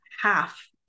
half